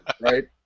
right